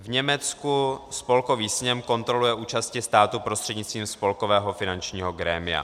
V Německu Spolkový sněm kontroluje účasti státu prostřednictvím spolkového finančního grémia.